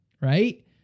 right